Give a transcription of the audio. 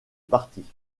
parti